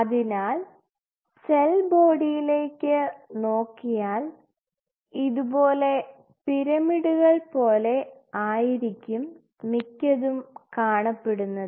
അതിനാൽ സെൽ ബോഡിയിലേക്ക് നോക്കിയാൽ ഇതുപോലെ പിരമിഡുകൾ പോലെ ആയിരിക്കും മിക്കതും കാണപ്പെടുന്നത്